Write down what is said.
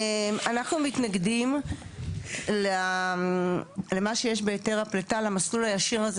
אנחנו מתנגדים למה שיש בהיתר הפליטה למסלול הישיר הזה